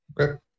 Okay